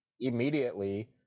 immediately